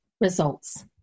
results